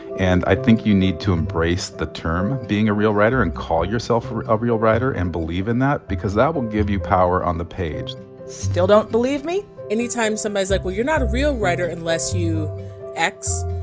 and i think you need to embrace the term being a real writer and call yourself a real writer and believe in that because that will give you power on the page still don't believe me? any time somebody's like, well, you're not a real writer unless you x,